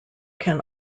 can